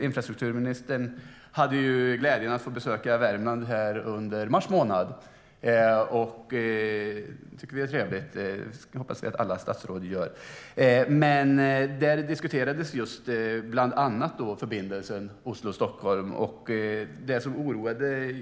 Infrastrukturministern hade ju glädjen att få besöka Värmland under mars månad. Det tycker vi är trevligt, så det hoppas vi att alla statsråd gör. Där diskuterades bland annat just förbindelsen Oslo-Stockholm.